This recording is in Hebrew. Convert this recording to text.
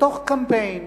בתוך קמפיין